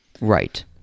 Right